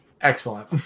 Excellent